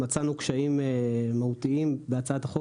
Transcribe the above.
מצאנו קשיים מהותיים בהצעת החוק.